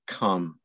come